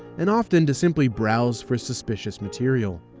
and often, to simply browse for suspicious material.